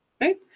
right